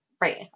right